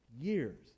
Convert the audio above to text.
years